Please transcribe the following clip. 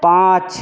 পাঁচ